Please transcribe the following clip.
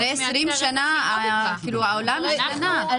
אחרי 20 שנה העולם השתנה.